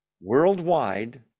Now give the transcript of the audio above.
worldwide